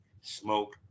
smoke